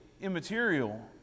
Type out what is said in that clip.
immaterial